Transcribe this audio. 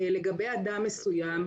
לגבי אדם מסוים,